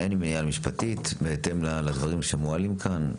ואין מניעה משפטית, בהתאם לדברים שמועלים כאן.